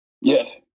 Yes